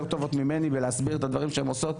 טובות ממני בלהסביר את הדברים שהן עושות,